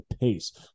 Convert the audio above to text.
pace